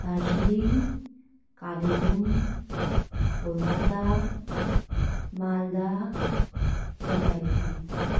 Darjeeling Kalimpong Kolkata Malda Jalpaiguri